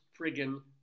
friggin